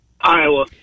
Iowa